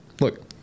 Look